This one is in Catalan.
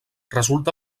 resulta